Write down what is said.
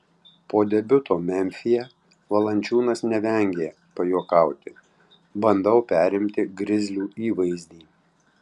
po debiuto memfyje valančiūnas nevengė pajuokauti bandau perimti grizlių įvaizdį